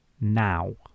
now